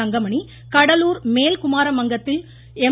தங்கமணி கடலூர் மேல்குமாரமங்கலத்தில் எம்